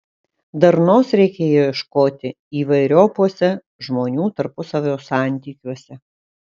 darnos reikia ieškoti įvairiopuose žmonių tarpusavio santykiuose